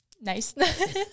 Nice